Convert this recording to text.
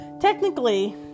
technically